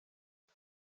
jag